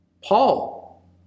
Paul